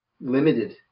Limited